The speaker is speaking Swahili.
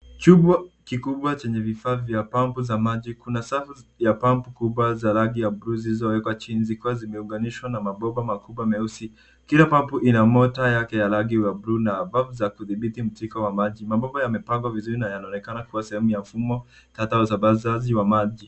Chumba kikubwa chenye vifaa vya pampu ya maji. Kuna safu ya pampu kubwa za rangi ya buluu zilizowekwa chini zikiwa zimeunganishwa na mabomba makubwa meusi. Kila pampu ina motor yake ya rangi ya buluu na pampu za kudhibiti mtiririko wa maji. Mabomba yamepangwa vizuri na yanaonekana kuwa sehemu ya mfumo tata ya usambazaji wa maji.